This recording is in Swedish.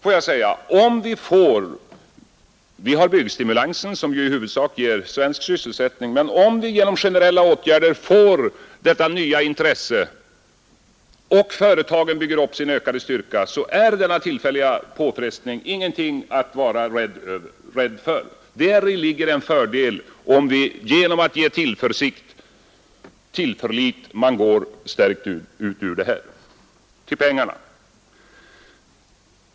Vi har visserligen byggstimulansen som i huvudsak ger svensk sysselsättning, men om vi genom generella åtgärder får detta nya intresse och företagen bygger upp sin styrka så är en sådan tillfällig påfrestning ingenting att vara rädd för. Däri ligger en fördel om man genom att vi ökar byggstimulansen kan gå stärkta ut ur dagens svårigheter.